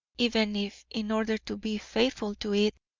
even if, in order to be faithful to it,